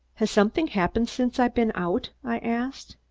has something happened since i've been out? i asked.